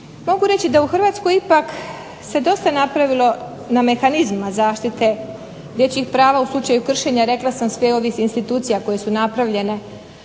Mogu reći da u Hrvatskoj ipak se dosta napravilo na mehanizmima zaštite dječjih prava u slučaju kršenja, rekla sam, svih ovih institucija koje su napravljene.